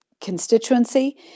constituency